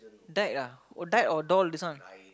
died ah oh died or doll this one